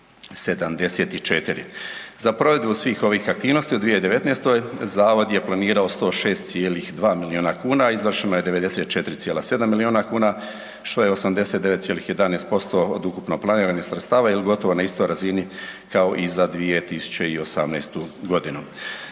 Za provedbu svih ovih aktivnosti u 2019. zavod je planirao 106,2 milijuna kuna, izvršeno je 94,7 milijuna kuna, što je 89,11% od ukupno planiranih sredstava il gotovo na istoj razini kao i za 2018.g.